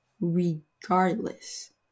Regardless